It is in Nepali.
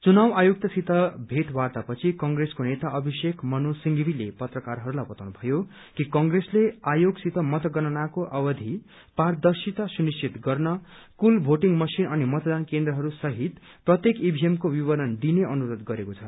चुनाव आयुक्तसित भेटवार्ता पछि कंग्रेसको नेता अभिषेक मनु सिंधवीले पत्रकारहरूलाई बताउनु भयो कि कंग्रेसले आयोगसित मतगणनाको अवधि पारदर्शिता सुनिश्चित गर्न कुल भोटिंग मशिन अनि मतदान केन्द्रहरू सहित प्रत्येक ईभीएमको विवरण दिने अनुरोष गरेको छ